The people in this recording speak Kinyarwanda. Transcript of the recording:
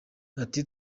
ati